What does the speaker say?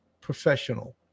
professional